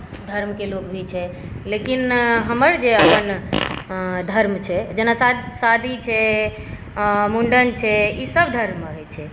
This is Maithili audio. धर्मके लोक भी छै लेकिन हमर जे अपन धर्म छै जेना शादी छै मुण्डन छै ई सभ धर्म होइ छै